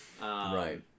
Right